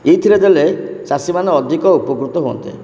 ଏଇଥିରେ ଦେଲେ ଚାଷୀମାନେ ଅଧିକ ଉପକୃତ ହୁଅନ୍ତେ